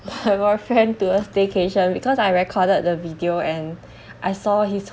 my boyfriend to a staycation because I recorded the video and I saw his